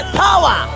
power